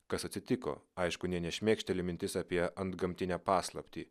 kas atsitiko aišku nė nešmėkštelėjo mintis apie antgamtinę paslaptį